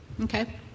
Okay